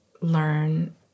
learn